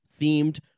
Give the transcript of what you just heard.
themed